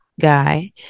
guy